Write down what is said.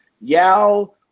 Yao